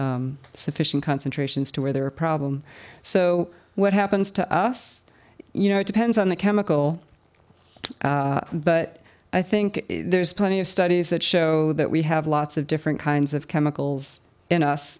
sufficient concentrations to where they're a problem so what happens to us you know it depends on the chemical but i think there's plenty of studies that show that we have lots of different kinds of chemicals in us